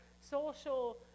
social